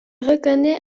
reconnait